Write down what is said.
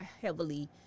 heavily